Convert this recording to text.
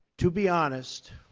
to be honest,